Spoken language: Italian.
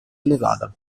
nevada